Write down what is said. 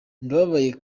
ndababaye